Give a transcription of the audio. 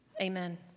Amen